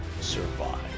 survive